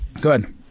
Good